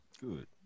Good